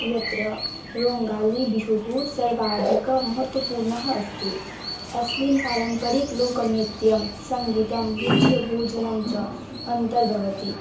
यत्र रोङ्गालिबिहुः सर्वाधिकमहत्त्वपूर्णः अस्ति अस्मिन् पारम्पर्ये एकं लोकनृत्यं सङ्गीतं भुज्यभोजनं च अन्तर्भवति